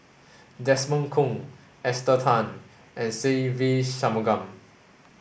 Desmond Kon Esther Tan and Se Ve Shanmugam